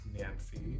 nancy